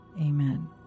amen